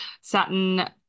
Saturn